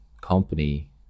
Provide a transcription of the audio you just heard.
company